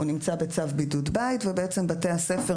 הוא נמצא בצו בידוד בית ובעצם בתי הספר